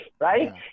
right